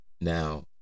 Now